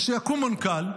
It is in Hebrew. זה שיקום מנכ"ל,